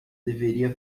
deveria